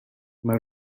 mae